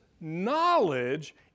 knowledge